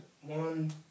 one